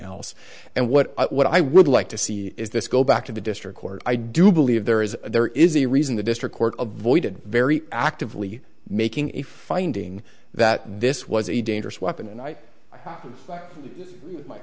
else and what what i would like to see is this go back to the district court i do believe there is there is a reason the district court of voided very actively making a finding that this was a dangerous weapon and i